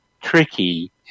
tricky